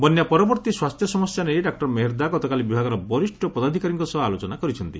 ବନ୍ୟା ପରବର୍ତ୍ତି ସ୍ୱାସ୍ସ୍ୟ ସମସ୍ୟା ନେଇ ଡାଃ ମେହେର୍ଦ୍ଦା ଗତକାଲି ବିଭାଗର ବରିଷ୍ଟ ପଦାଧିକାରୀଙ୍କ ସହ ଆଲୋଚନା କରିଛନ୍ତି